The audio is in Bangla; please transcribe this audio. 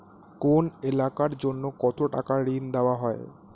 কোন এলাকার জন্য কত টাকা ঋণ দেয়া হয়?